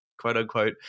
quote-unquote